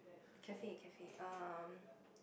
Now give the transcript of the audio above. cafe cafe um